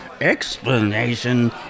explanation